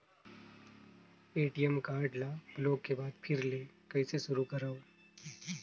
ATM card ल block के बाद फिर ले कइसे शुरू करव?